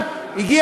טרור.